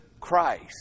Christ